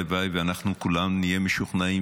הלוואי שאנחנו כולנו נהיה משוכנעים